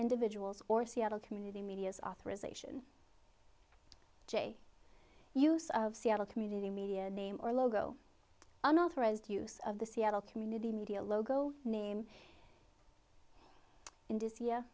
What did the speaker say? individual's or seattle community media's authorization jay use of seattle community media name or logo unauthorized use of the seattle community media logo name ind